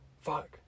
Fuck